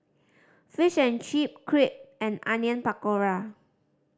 Fish and Chips Crepe and Onion Pakora